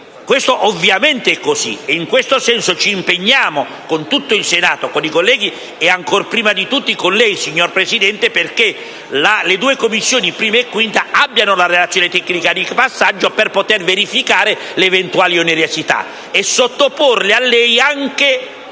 (ovviamente è così). In questo senso, ci impegniamo con tutto il Senato, con i colleghi e ancor prima di tutto con lei, signor Presidente, perché le Commissioni riunite 1a e 5a abbiano la relazione tecnica di passaggio per poter verificare le eventuali onerosità e sottoporle a lei anche